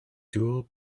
dual